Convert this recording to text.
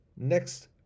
Next